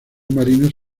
marinos